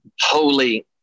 holy